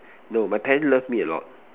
no my parent love me a lot